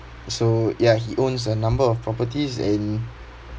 so ya he owns a number of properties and